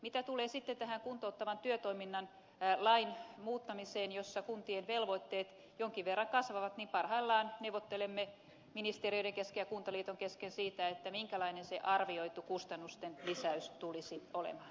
mitä tulee sitten tähän kuntouttavan työtoiminnan lain muuttamiseen jossa kuntien velvoitteet jonkin verran kasvavat niin parhaillaan neuvottelemme ministeriöiden kesken ja kuntaliiton kesken siitä minkälainen se arvioitu kustannusten lisäys tulisi olemaan